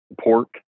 pork